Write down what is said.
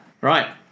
Right